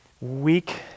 weak